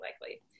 likely